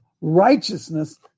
righteousness